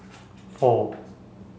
four